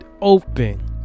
open